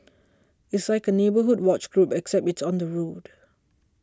it's like a neighbourhood watch group except it's on the road